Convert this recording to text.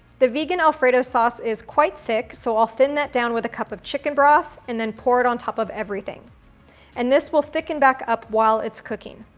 the vegan alfredo sauce is quite thick so i'll thin that down with a cup of chicken broth and then pour it on top of everything and this will thicken back up while it's cooking.